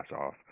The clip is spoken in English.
off